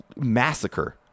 massacre